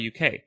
UK